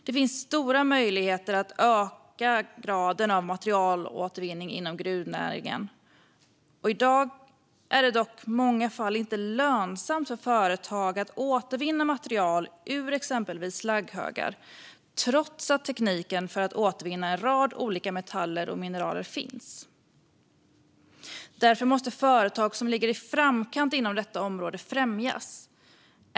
Det finns stora möjligheter att öka graden av materialåtervinning inom gruvnäringen. Men i dag är det i många fall inte lönsamt för företagen att återvinna material ur exempelvis slagghögar trots att tekniker för att återvinna en rad olika metaller och mineral finns. Därför måste företag som ligger i framkant inom detta område främjas.